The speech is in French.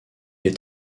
est